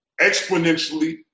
exponentially